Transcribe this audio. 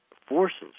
forces